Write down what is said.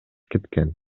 кеткен